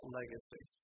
legacy